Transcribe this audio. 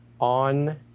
on